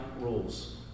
rules